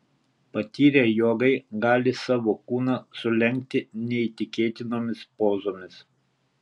patyrę jogai gali savo kūną sulenkti neįtikėtinomis pozomis